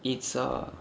it's a